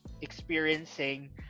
experiencing